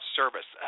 service